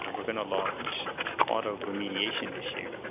um we're going to launch auto remediation this year,